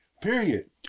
Period